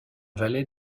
valet